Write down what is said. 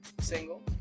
single